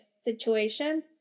situation